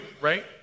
right